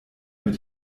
mit